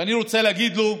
ואני רוצה להגיד לו: